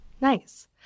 Nice